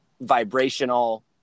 vibrational